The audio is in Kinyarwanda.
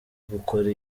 gukora